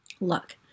Look